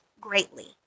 greatly